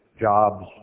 jobs